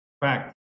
Fact